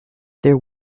there